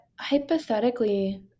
hypothetically